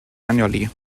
annually